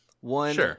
One